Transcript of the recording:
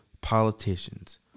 Politicians